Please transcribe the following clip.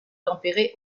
tempéré